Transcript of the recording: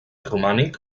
romànic